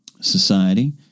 Society